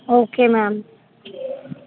okay ma'am